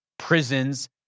prisons